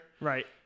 right